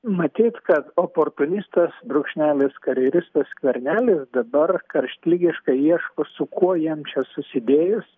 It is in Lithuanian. matyt kad oportunistas brūkšnelis karjeristas skvernelis dabar karštligiškai ieško su kuo jam čia susidėjus